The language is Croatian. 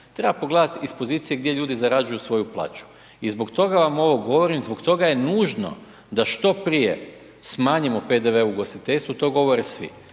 treba pogledat iz pozicije gdje ljudi zarađuju svoju plaću. I zbog toga vam ovo govorim, zbog toga je nužno da što prije smanjimo PDV u ugostiteljstvu, to govore svi.